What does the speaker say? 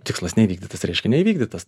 tikslas neįvykdytas reiškia neįvykdytas